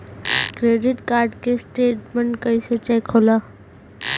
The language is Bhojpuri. क्रेडिट कार्ड के स्टेटमेंट कइसे चेक होला?